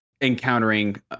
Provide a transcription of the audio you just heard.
encountering